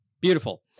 Beautiful